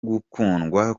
gukundwa